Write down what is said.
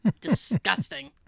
Disgusting